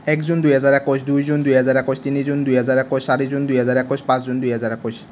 এক জুন দুইহাজাৰ একৈছ দুই জুন দুইহাজাৰ একৈছ তিনি জুন দুইহাজাৰ একৈছ চাৰি জুন দুইহাজাৰ একৈছ পাঁচ জুন দুইহাজাৰ একৈছ